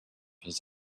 his